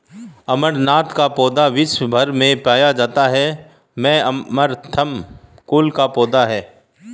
अमरनाथ का पौधा विश्व् भर में पाया जाता है ये अमरंथस कुल का पौधा है